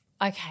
Okay